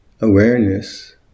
awareness